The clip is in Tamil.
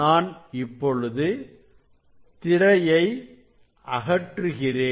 நான் இப்பொழுது திரையை அகற்றுகிறேன்